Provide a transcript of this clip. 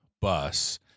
bus